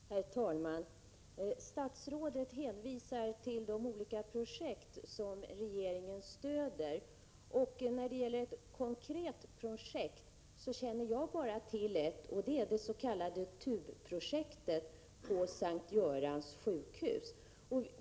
Herr talman! Statsrådet hänvisar till de olika projekt som regeringen stöder. När det gäller konkreta projekt känner jag bara till ett, det s.k. TUB-projektet på S:t Görans sjukhus.